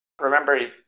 Remember